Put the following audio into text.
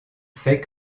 fait